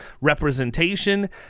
representation